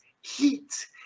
heat